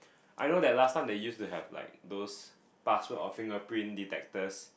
I know that last time they used to have like those password or fingerprint detectors